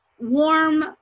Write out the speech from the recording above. warm